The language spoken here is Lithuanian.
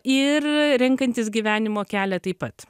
ir renkantis gyvenimo kelią taip pat